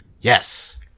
Yes